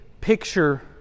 picture